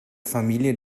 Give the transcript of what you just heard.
familie